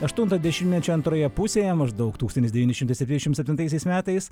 aštunto dešimtmečio antroje pusėje maždaug tūkstantis devyni šimtai septyniasdešimt septintaisiais metais